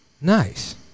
Nice